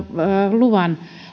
luvan